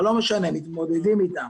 אבל לא משנה, מתמודדים איתם.